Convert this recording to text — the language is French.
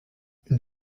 une